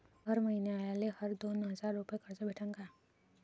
मले हर मईन्याले हर दोन हजार रुपये कर्ज भेटन का?